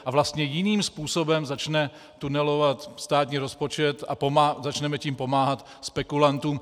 A vlastně jiným způsobem začne tunelovat státní rozpočet a začneme tím pomáhat spekulantům.